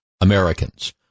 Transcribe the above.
Americans